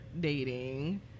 dating